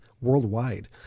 worldwide